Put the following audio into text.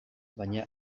baina